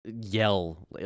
Yell